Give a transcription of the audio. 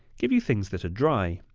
give you things that are dry.